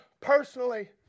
personally